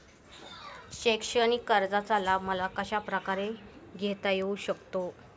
शैक्षणिक कर्जाचा लाभ मला कशाप्रकारे घेता येऊ शकतो?